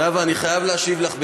זהבה, אני חייב להשיב לך בקצרה,